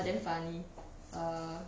but then funny err